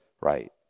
right